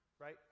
right